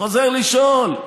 חוזר לשאול,